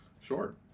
sure